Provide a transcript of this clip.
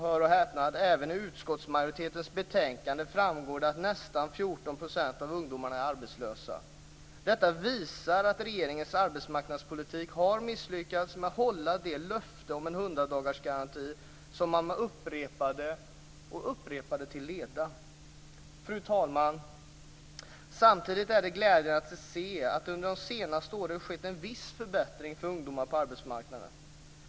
Hör och häpna: Även i utskottsmajoritetens betänkande framgår det att nästan 14 % av ungdomarna är arbetslösa. Detta visar att regeringens arbetsmarknadspolitik har misslyckats med att hålla det löfte om en hundradagarsgaranti som man upprepat och upprepat till leda. Fru talman! Samtidigt är det glädjande att se att det under det senaste året skett en vis förbättring för ungdomar på arbetsmarknaden.